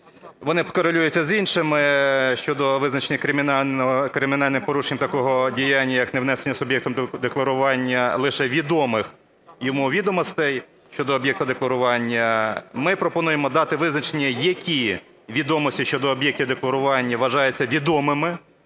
Вони корелюються з іншими щодо визначення кримінальних порушень такого діяння, як невнесення суб'єктом декларування лише відомих йому відомостей щодо об'єкта декларування. Ми пропонуємо дати визначення, які відомості щодо об'єктів декларування вважаються відомими